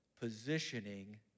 positioning